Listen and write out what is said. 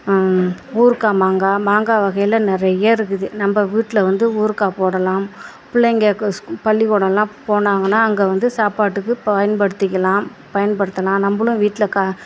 ஊறுகாய் மாங்காய் மாங்காய் வகையில் நிறையா இருக்குது நம்ப வீட்டில் வந்து ஊறுகாய் போடலாம் பிள்ளைங்க பள்ளிக்கூடம் எல்லாம் போனாங்கன்னா அங்கே வந்து சாப்பாட்டுக்கு பயன்படுத்திக்கலாம் பயன்படுத்தலாம் நம்பளும் வீட்டில் கா